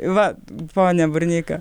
va pone burneika